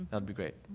ah would be great.